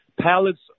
pallets